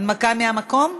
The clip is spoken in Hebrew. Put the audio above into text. הנמקה מהמקום?